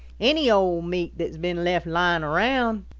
any old meat that has been left lying around.